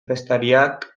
terroristatzat